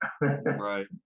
right